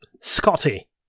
Scotty